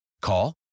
Call